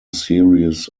series